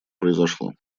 произошло